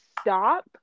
stop